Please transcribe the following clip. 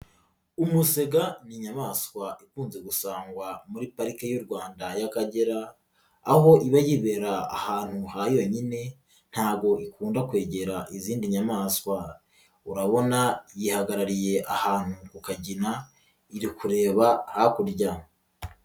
Umusega ni inyamaswa ikunze gusangwa muri parike y'u Rwanda y'Akagera, aho iba yibera ahantu ha yonyine, ntabwo ikunda kwegera izindi nyamaswa. Urabona yihagarariye ahantu ku kagina, iri kureba hakurya.